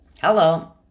Hello